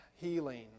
healing